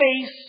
face